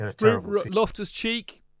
Loftus-Cheek